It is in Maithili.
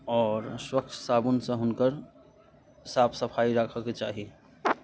आओर स्वच्छ साबुनसँ हुनकर साफ सफाइ राखऽके चाही